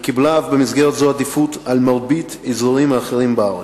ואף קיבלה במסגרת זו עדיפות על מרבית האזורים האחרים בארץ.